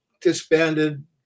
disbanded